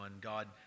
God